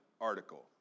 article